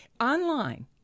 online